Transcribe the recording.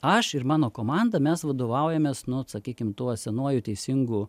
aš ir mano komanda mes vadovaujamės nu sakykim tuos senuoju teisingu